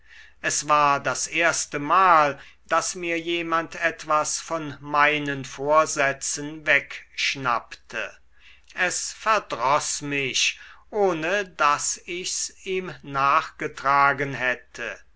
es war das erstemal daß mir jemand etwas von meinen vorsätzen wegschnappte es verdroß mich ohne daß ich's ihm nachgetragen hätte